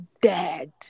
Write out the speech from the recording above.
dead